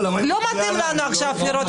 לא מתאים לנו עכשיו בחירות.